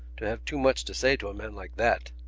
to have too much to say to a man like that.